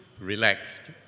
relaxed